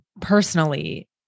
personally